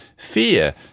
Fear